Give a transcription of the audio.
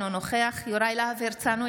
אינו נוכח יוראי להב הרצנו,